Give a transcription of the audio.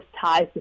ties